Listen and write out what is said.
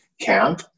camp